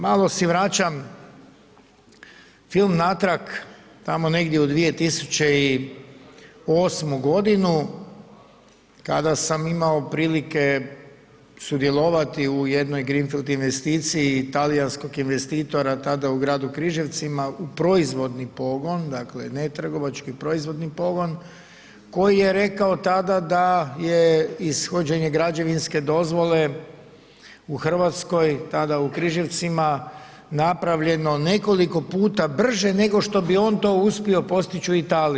Mali si vraćam film natrag tamo negdje u 2008. godinu kada sam imao prilike sudjelovati u jednoj greenfield investiciji talijanskog investitora tada u gradu Križevcima u proizvodni pogon, dakle ne trgovački, proizvodni pogon koji je rekao tada je ishođenje građevinske dozvole u Hrvatskoj, tada u Križevcima napravljeno nekoliko puta brže nego što bi on to uspio postići u Italiji.